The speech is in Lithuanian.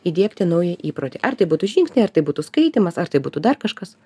įdiegti naują įprotį ar tai būtų žingsniai ar tai būtų skaitymas ar tai būtų dar kažkas